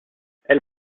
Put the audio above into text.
elle